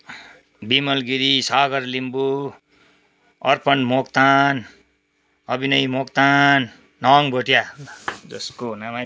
बिमल गिरी सागर लिम्बू अर्पण मोक्तान अभिनय मोक्तान नवाङ भोटिया त्यसको नामै